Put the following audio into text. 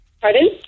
Pardon